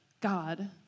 God